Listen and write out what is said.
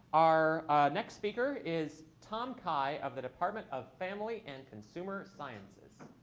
our next speaker is tom cai of the department of family and consumer sciences.